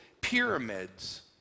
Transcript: pyramids